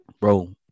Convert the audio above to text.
bro